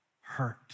hurt